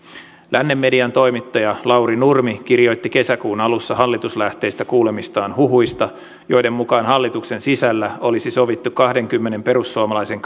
lännen median toimittaja lauri nurmi kirjoitti kesäkuun alussa hallituslähteistä kuulemistaan huhuista joiden mukaan hallituksen sisällä olisi sovittu kahdenkymmenen perussuomalaisen